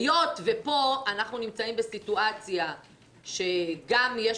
היות ופה אנחנו נמצאים בסיטואציה שגם יש